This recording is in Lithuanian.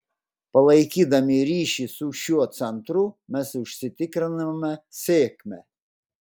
palaikydami ryšį su šiuo centru mes užsitikriname sėkmę